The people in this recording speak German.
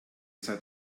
seid